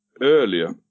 earlier